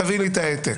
תביא לי את העתק.